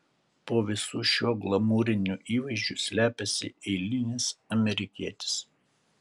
po visu šiuo glamūriniu įvaizdžiu slepiasi eilinis amerikietis